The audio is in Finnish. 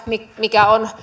mikä on